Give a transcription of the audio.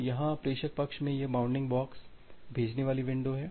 तो यहाँ प्रेषक पक्ष में यह बाउंडिंग बॉक्स भेजने वाली विंडो है